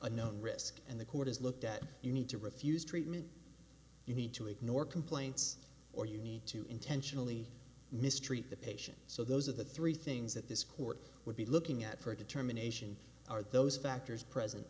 a known risk and the court has looked at you need to refuse treatment you need to ignore complaints or you need to intentionally mistreat the patients so those are the three things that this court would be looking at for a determination are those factors present